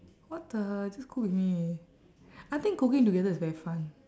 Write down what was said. what the just cook with me I think cooking together is very fun